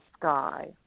sky